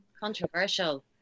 controversial